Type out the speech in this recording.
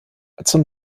zum